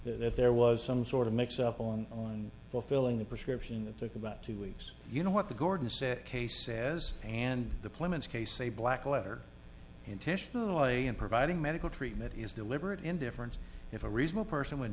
that there was some sort of mix up on fulfilling the prescription that took about two weeks you know what the gordon said casey says and deployments case a black letter intentionally and providing medical treatment he is deliberate indifference if a reasonable person would